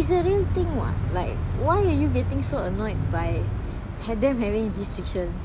is a real thing what like why are you getting so annoyed by having restrctions